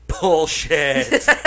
Bullshit